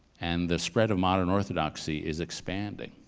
and the spread of modern orthodoxy is expanding.